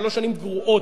שלוש שנים גרועות,